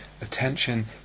Attention